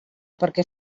perquè